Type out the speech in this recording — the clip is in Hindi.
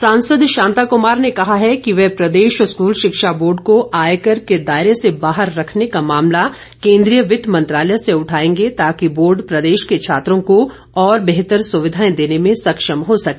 शांता कुमार सांसद शांता कुमार ने कहा है कि वह प्रदेश स्कूल शिक्षा बोर्ड को आयकर के दायरे से बाहर रखने का मामला केंद्रीय वित्त मंत्रालय से उठाएंगे ताकि बोर्ड प्रदेश के छात्रों को और बेहतर सुविधाएं देने में सक्षम हो सके